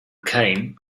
came